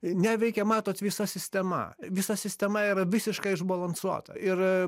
neveikia matot visa sistema visa sistema yra visiškai išbalansuota ir